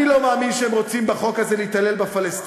אני לא מאמין שהם רוצים בחוק הזה כדי להתעלל בפלסטינים,